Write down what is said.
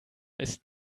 ist